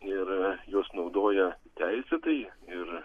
ir juos naudoja teisėtai ir